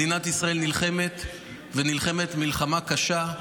מדינת ישראל נלחמת, ונלחמת מלחמה קשה,